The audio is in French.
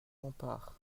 bompard